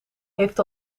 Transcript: heeft